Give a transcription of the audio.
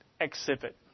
exhibit